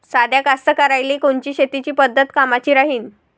साध्या कास्तकाराइले कोनची शेतीची पद्धत कामाची राहीन?